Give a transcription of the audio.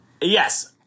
Yes